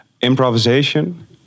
improvisation